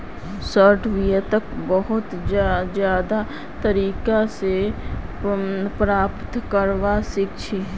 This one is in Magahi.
शार्ट वित्तक बहुत ज्यादा तरीका स प्राप्त करवा सख छी